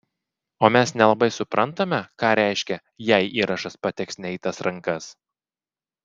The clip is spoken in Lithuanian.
o mes nelabai suprantame ką reiškia jei įrašas pateks ne į tas rankas